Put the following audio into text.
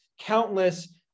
countless